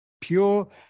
pure